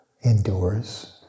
endures